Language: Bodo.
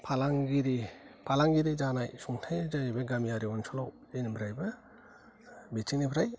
फालांगिरि फालांगिरि जानाय सुंथायानो जाहैबाय गामियारि ओनसोलाव जेनिफ्रायबो बिथिंनिफ्राय